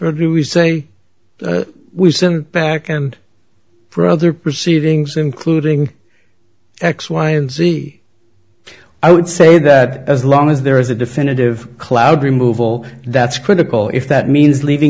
or do we say we've sent back and for other proceedings including x y and z i would say that as long as there is a definitive cloud removal that's critical if that means leaving